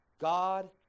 God